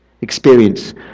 experience